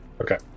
Okay